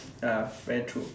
ya very true